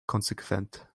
konsequent